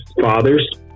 fathers